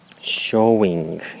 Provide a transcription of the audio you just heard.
showing